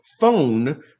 phone